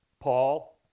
Paul